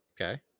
Okay